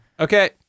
Okay